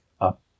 up